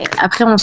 après